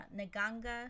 Naganga